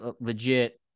legit